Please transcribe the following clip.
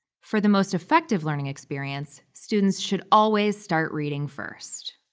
for the most effective learning experience, students should always start reading first.